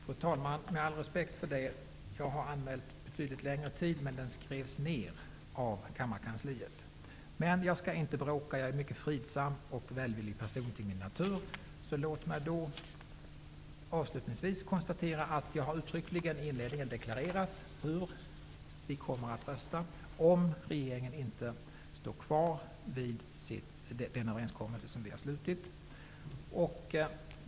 Fru talman! Med all respekt vill jag säga att jag har anmält mig för betydligt längre tid men att den skrevs ned av kammarkansliet. Jag skall dock inte bråka. Jag är till min natur en mycket fridsam och välvillig person. Låt mig avslutningsvis konstatera att jag i inledningen uttryckligen har deklarerat hur vi kommer att rösta om regeringen inte står kvar vid överenskommelsen.